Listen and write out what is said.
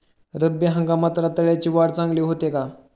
रब्बी हंगामात रताळ्याची वाढ चांगली होते का?